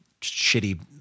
shitty